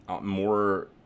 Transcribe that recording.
more